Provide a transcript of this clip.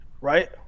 right